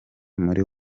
muri